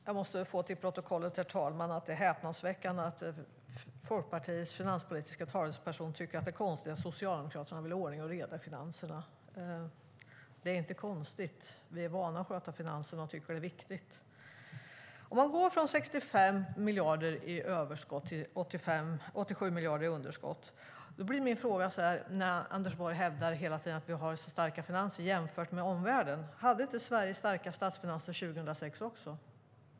Herr talman! Jag vill få fört till protokollet det häpnadsväckande i att Folkpartiets finanspolitiska talesperson tycker att det är konstigt att Socialdemokraterna vill ha ordning och reda i finanserna. Det är inte konstigt. Vi är vana att sköta finanserna, och vi tycker att det är viktigt. Om man går från 65 miljarder i överskott till 87 miljarder i underskott och när Anders Borg hela tiden hävdar att vi har så starka finanser jämfört med omvärlden blir min fråga: Hade inte Sverige starka statsfinanser 2006 också?